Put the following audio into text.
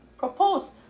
propose